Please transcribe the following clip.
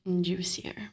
juicier